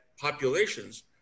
populations